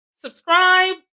subscribe